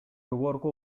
жогорку